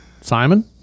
Simon